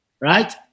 right